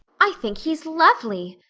i think he's lovely,